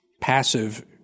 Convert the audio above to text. passive